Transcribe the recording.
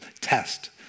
test